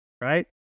right